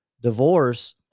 divorce